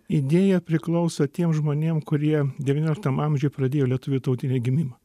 idėja priklauso tiem žmonėm kurie devynioliktam amžiuj pradėjo lietuvių tautinį gimimą